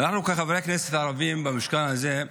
אנחנו כחברי כנסת הערבים במשכן הזה,